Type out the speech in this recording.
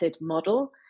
model